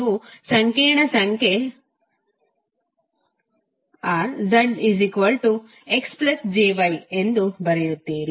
ನೀವು ಸಂಕೀರ್ಣ ಸಂಖ್ಯೆ r zxjy ಎಂದು ಬರೆಯುತ್ತೀರಿ